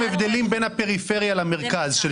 הבדלים בין הפריפריה למרכז.